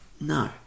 no